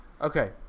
Okay